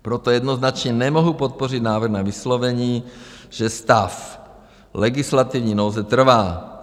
Proto jednoznačně nemohu podpořit návrh na vyslovení, že stav legislativní nouze trvá.